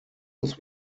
was